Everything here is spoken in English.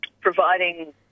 providing